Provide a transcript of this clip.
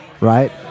Right